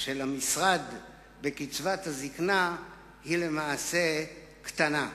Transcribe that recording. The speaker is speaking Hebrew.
של המשרד על קצבת הזיקנה היא למעשה קטנה.